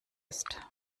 ist